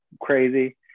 crazy